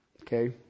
Okay